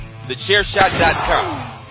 thechairshot.com